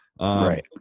right